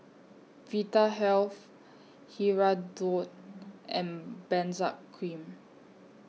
Vitahealth Hirudoid and Benzac Cream